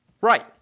Right